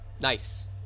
Nice